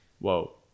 Whoa